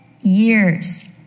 years